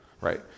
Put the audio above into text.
Right